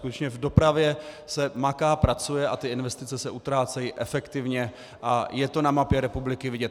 Skutečně v dopravě se maká, pracuje a investice se utrácejí efektivně a je to na mapě republiky vidět.